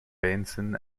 benson